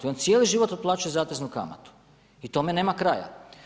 I on cijeli život otplaćuje zateznu kamatu i tome nema kraja.